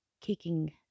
kicking